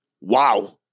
Wow